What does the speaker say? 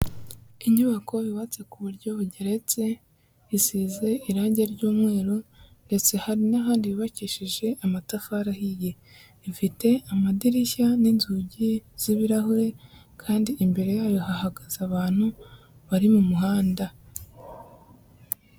Inyubako yubatse ku buryo bugeretse isize irange ry'umweru ndetse hari n'ahandi yubakishije amatafari ahiye, ifite amadirishya n'inzugi z'ibirahure kandi imbere yayo hahagaze abantu bari mu muhanda.